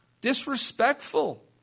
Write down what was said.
Disrespectful